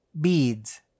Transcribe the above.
Beads